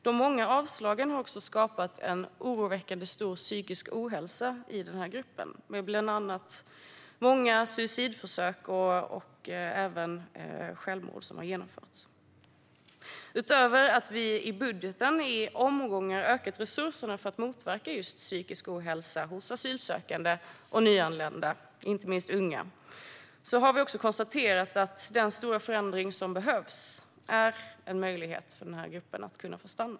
De många avslagen har också skapat en oroväckande stor psykisk ohälsa i gruppen med bland annat många suicidförsök och även självmord som har genomförts. Utöver att vi i budgeten i omgångar har ökat resurserna för att motverka psykisk ohälsa hos asylsökande och nyanlända, inte minst unga, har vi konstaterat att den stora förändring som behövs är en möjlighet att stanna för denna grupp.